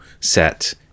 set